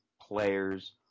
players